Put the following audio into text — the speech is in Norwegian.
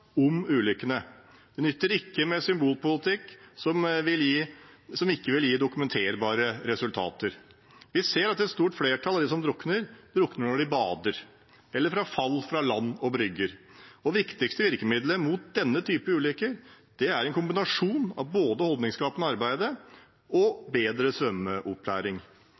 om ulykkene. Det nytter ikke med symbolpolitikk, som ikke vil gi dokumenterbare resultater. Vi ser at et stort flertall av dem som drukner, drukner når de bader, eller etter fall fra land og brygger. Det viktigste virkemiddelet mot denne type ulykker er en kombinasjon av både holdningsskapende arbeid og bedre svømmeopplæring.